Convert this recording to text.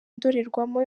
ndorerwamo